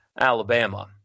Alabama